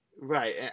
right